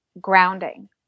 grounding